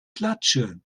klatsche